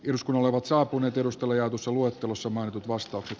eduskunnalla ovat saapuneet edustalle jossa luottamus omaan vastaukset